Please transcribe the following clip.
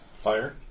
Fire